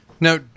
Now